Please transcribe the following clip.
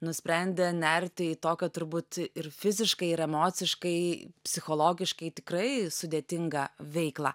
nusprendė nerti į tokio turbūt ir fiziškai ir emociškai psichologiškai tikrai sudėtingą veiklą